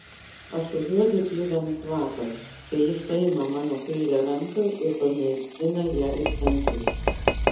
aš užuodžiu pjuvenų kvapą kai jis paima mano kairę ranką ir panardina ją į centus